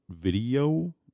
video